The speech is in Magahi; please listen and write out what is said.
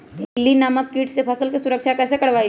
इल्ली नामक किट से फसल के सुरक्षा कैसे करवाईं?